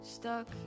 stuck